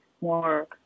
more